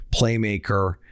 playmaker